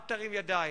אל תרים ידיים,